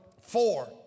four